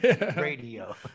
Radio